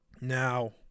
Now